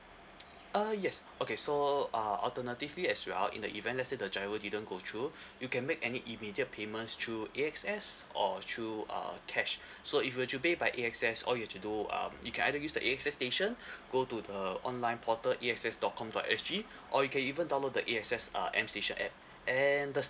uh yes okay so uh alternatively as well in the event let's say the GIRO didn't go through you can make any immediate payments through A_X_S or through uh cash so if you were to pay by A_X_S all you have to do um you can either use the A_X_S station go to the online portal A X S dot com dot S G or you can even download the A_X_S uh M station app and the